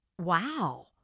Wow